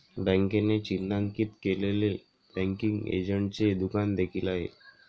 बँकेने चिन्हांकित केलेले बँकिंग एजंटचे दुकान देखील आहे